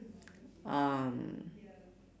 um